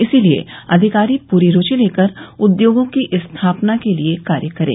इसलिये अधिकारी पूरी रूचि लेकर उद्योगों की स्थापना के लिये कार्य करे